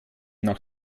nach